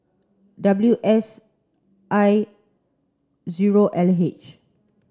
W S I zero L H